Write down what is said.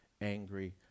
angry